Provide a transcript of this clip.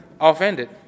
offended